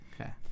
Okay